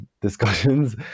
discussions